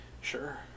Sure